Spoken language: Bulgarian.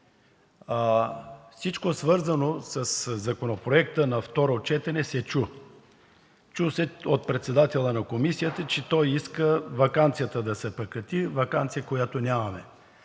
Всичко свързано със Законопроекта на второ четене се чу, чу се от председателя на Комисията, че той иска ваканцията да се прекрати – ваканция, която нямаме.